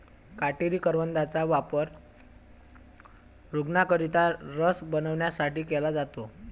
काटेरी करवंदाचा वापर रूग्णांकरिता रस बनवण्यासाठी केला जातो